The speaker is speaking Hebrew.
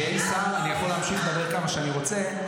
כשאין שר אני יכול להמשיך לדבר כמה שאני רוצה,